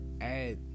Add